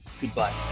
Goodbye